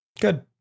good